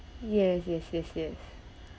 yes yes yes yes